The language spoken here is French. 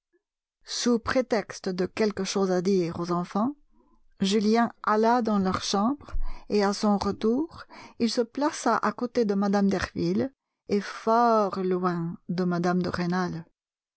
sous prétexte de quelque chose à dire aux enfants julien alla dans leur chambre et à son retour il se plaça à côté de mme derville et fort loin de mme de rênal